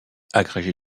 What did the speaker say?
agrégé